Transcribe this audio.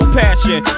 passion